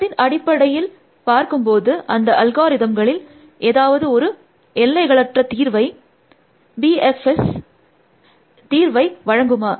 தரத்தின் அடிப்படையில் பார்க்கும்போது இந்த அல்காரிதம்களில் ஏதாவது ஒரு எல்லைகளற்ற தீர்வை வழங்குமா